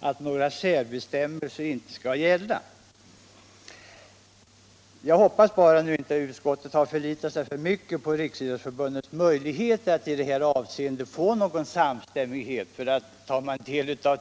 att några särbestämmelser inte skall gälla. Jag hoppas bara att utskottet i detta avseende inte har förlitat sig alltför mycket på Riksidrottsförbundets möjligheter att uppnå samstämmighet.